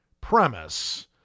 premise